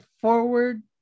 forward